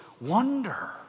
wonder